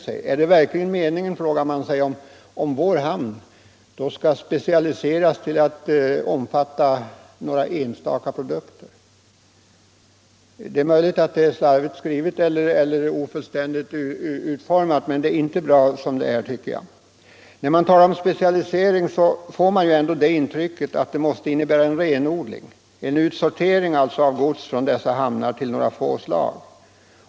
Man frågar: Är det verkligen meningen att vår hamn skall specialiseras till att omfatta några enstaka produkter? Det är möjligt att det är slarvigt skrivet eller ofullständigt utformat, men det är inte bra som det är, tycker jag. När det talas om specialisering får man ändå intrycket att det måste innebära en renodling, en utsortering av gods från dessa hamnar till några få slag.